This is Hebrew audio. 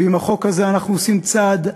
ועם החוק הזה אנחנו עושים צעד ענק,